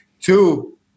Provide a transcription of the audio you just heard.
Two